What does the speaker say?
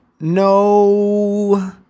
no